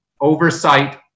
oversight